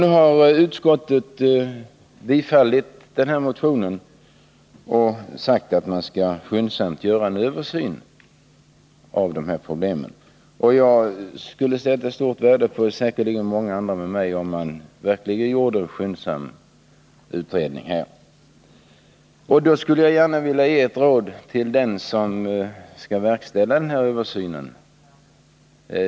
Nu har utskottet tillstyrkt denna motion och sagt att man skyndsamt skall göra en översyn av dessa problem. Jag, och säkerligen många med mig, skulle sätta stort värde på om man verkligen gjorde en skyndsam utredning här. Jag skulle gärna vilja ge ett råd när det gäller att verkställa denna översyn.